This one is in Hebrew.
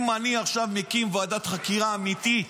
אם אני עכשיו מקים ועדת חקירה אמיתית,